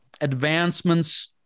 advancements